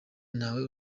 ntawe